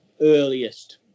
earliest